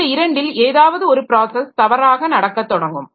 இந்த இரண்டில் ஏதாவது ஒரு ப்ராஸஸ் தவறாக நடக்கத் தொடங்கும்